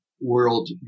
world